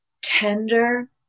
tender